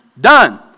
Done